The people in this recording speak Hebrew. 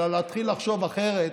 אלא להתחיל לחשוב אחרת,